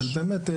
אבל באמת,